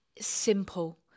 Simple